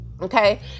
Okay